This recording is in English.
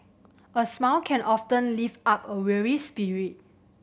a smile can often lift up a weary spirit